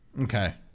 Okay